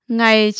ngày